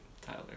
Tyler